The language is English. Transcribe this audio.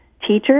teachers